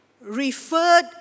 referred